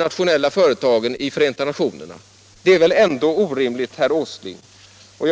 abstrakt plan i Förenta Nationerna? Det är väl ändå orimligt, herr Åsling!